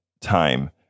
time